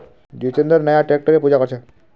जितेंद्र नया ट्रैक्टरेर पूजा कर छ